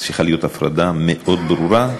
צריכה להיות הפרדה מאוד ברורה.